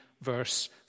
Verse